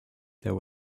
there